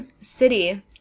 city